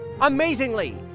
Amazingly